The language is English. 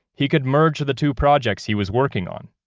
he could merge the two projects he was working on.